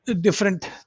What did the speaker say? different